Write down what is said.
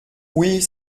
oui